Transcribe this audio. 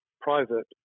private